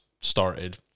started